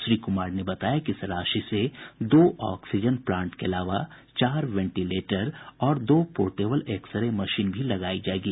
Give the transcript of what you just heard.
श्री राय ने बताया कि इस राशि से दो ऑक्सीजन प्लांट के अलावा चार वेंटिलेटर और दो पोर्टेबल एक्सरे मशीन भी लगायी जायेगी